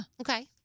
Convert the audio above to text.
okay